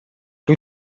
lui